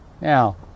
Now